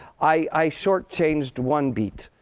i shortchanged one beat.